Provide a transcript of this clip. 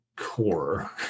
Core